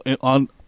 on